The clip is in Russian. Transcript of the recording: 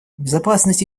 безопасность